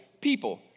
people